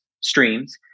Streams